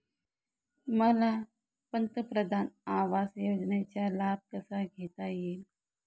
मला पंतप्रधान आवास योजनेचा लाभ कसा घेता येईल?